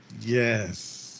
yes